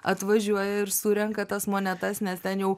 atvažiuoja ir surenka tas monetas nes ten jau